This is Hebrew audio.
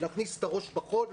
להכניס את הראש בחול,